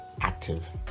active